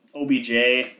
OBJ